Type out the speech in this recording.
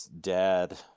dad